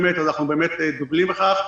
אנחנו באמת דוגלים בכך.